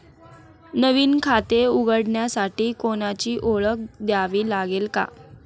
नवीन खाते उघडण्यासाठी कोणाची ओळख द्यावी लागेल का?